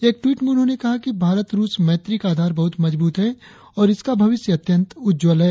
एक टवीट में उन्होंने कहा कि भारत रुस मैत्री का आधार बहुत मजबूत है और इसका भविष्य अत्यंत उज्जवल है